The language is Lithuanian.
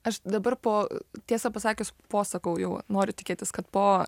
aš dabar po tiesą pasakius po sakau jau noriu tikėtis kad po